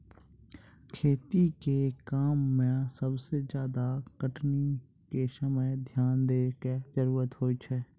खेती के काम में सबसे ज्यादा कटनी के समय ध्यान दैय कॅ जरूरत होय छै